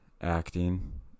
acting